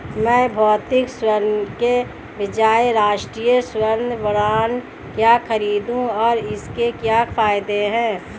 मैं भौतिक स्वर्ण के बजाय राष्ट्रिक स्वर्ण बॉन्ड क्यों खरीदूं और इसके क्या फायदे हैं?